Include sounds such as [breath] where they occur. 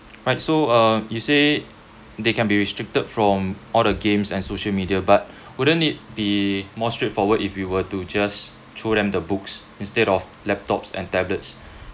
[noise] right so uh you say they can be restricted from all the games and social media but [breath] wouldn't it be more straightforward if you were to just throw them the books instead of laptops and tablets